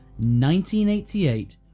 1988